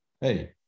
Hey